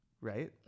right